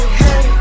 hey